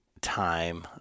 time